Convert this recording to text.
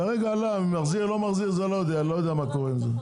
כרגע עלה, מחזיר לא מחזיר לא יודע מה קורה עם זה.